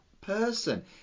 person